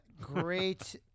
great